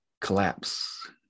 collapse